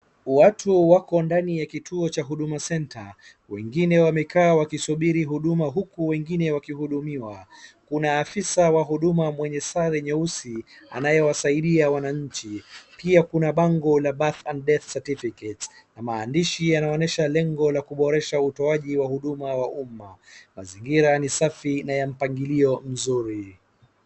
Watu wako ndani ya kituo cha Huduma Centre. Wengine wamekaa wakisubiri huduma uku wengine wakihudumiwa. Kuna afisa wa huduma mwenye sare nyeusi anayewasaidia wananchi. Pia kuna bango la birth and death certificates na maandishi yanaonyesha lengo la kuboresha utoaji wa huduma wa umma. Mazingira ni safi na ya mpangilio mzuri.